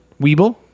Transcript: Weeble